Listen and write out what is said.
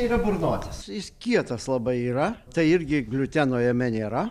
tai yra burnotis jis kietas labai yra tai irgi gliuteno jame nėra